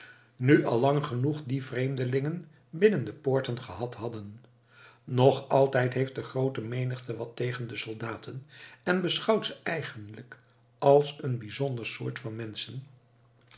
nu al lang genoeg die vreemdelingen binnen de poorten gehad hadden nog altijd heeft de groote menigte wat tegen de soldaten en beschouwt ze eigenlijk als een bijzonder soort van menschen